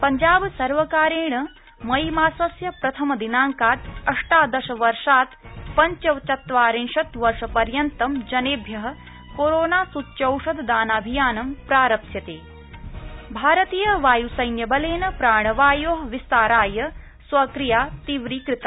पंजाब सर्वकारण मईमासस्य प्रथमदिनांकात् अष्टादशवर्षात् पंचचत्वारिशत् वर्षपर्यन्तम् जनखि कोरोना सूच्यौषधदानाभियानं प्रारप्स्यतक्ष भारतीय वायुस्खिला प्रिणवायो विस्ताराय स्वक्रिया तीव्री कृता